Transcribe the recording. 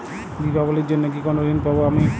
দীপাবলির জন্য কি কোনো ঋণ পাবো আমি?